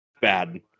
bad